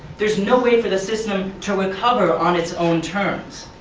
there is no way for the system to recover on its own terms.